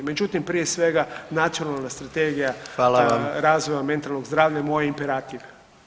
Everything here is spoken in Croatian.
Međutim, prije svega, nacionalna strategija razvoja [[Upadica: Hvala vam.]] mentalnog zdravlja moj je imperativ.